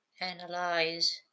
analyze